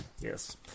Yes